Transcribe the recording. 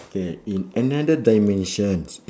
K in another dimensions